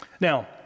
Now